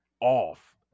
off